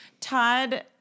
Todd